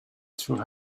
through